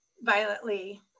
violently